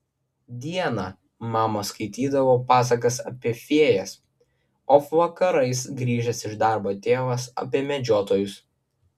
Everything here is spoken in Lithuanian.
dieną mama skaitydavo pasakas apie fėjas o vakarais grįžęs iš darbo tėvas apie medžiotojus